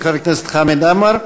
חבר הכנסת חמד עמאר,